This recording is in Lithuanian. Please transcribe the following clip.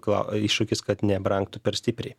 kla iššūkis kad nebrangtų per stipriai